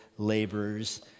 laborers